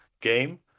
game